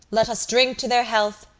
let us drink to their health,